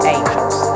Angels